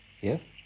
Yes